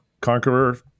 Conqueror